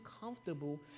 comfortable